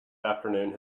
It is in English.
afternoon